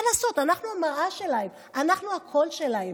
מה לעשות, אנחנו המראה שלהם, אנחנו הקול שלהם.